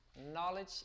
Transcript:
knowledge